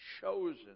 chosen